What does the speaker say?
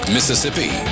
Mississippi